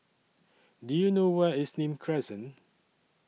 Do YOU know Where IS Nim Crescent